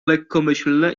lekkomyślne